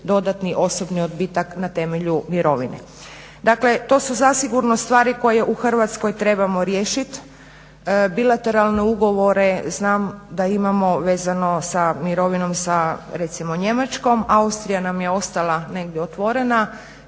dodatni osobni odbitak na temelju mirovine. Dakle to su zasigurno stvari koje u Hrvatskoj trebamo riješiti, bilateralne ugovore znam da imamo vezano sa mirovinom sa recimo Njemačkom. Austrija nam je ostala negdje otvorena,